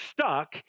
stuck